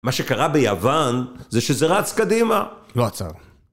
מה שקרה ביוון, זה שזה רץ קדימה! לא עצר.